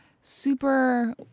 super